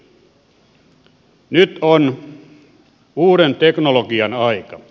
nyt on uuden teknologian aika